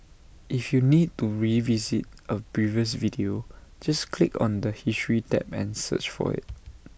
if you need to revisit A previous video just click on the history tab and search for IT